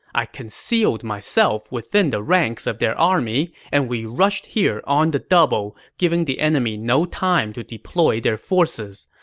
i concealed myself within the ranks of their army, and we rushed here on the double, giving the enemy no time to deploy their forces.